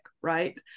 right